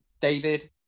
David